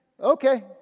Okay